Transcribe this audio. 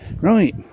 Right